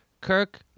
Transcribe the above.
Kirk